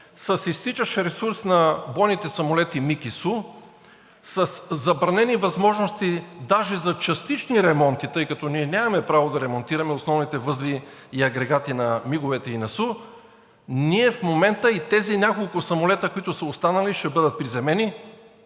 с изтичащ ресурс на бойните самолети МиГ и Су, със забранени възможности даже за частични ремонти, тъй като ние нямаме право да ремонтираме основните възли и агрегати на МиГ овете и на Су, ние в момента и тези няколко самолета, които са останали, ще бъдат приземени